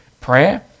prayer